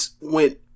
went